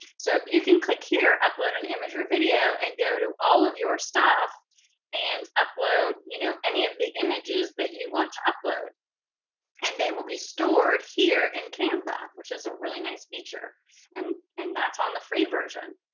so you can click here, upload an image or video and go to all of your stuff and upload you know any of the images that you want to upload and they will be stored here in canva which is a really nice feature and and that's on the free version.